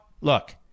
look